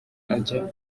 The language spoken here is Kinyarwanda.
ajyana